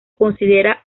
considera